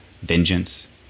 vengeance